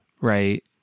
right